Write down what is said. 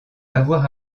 lavoir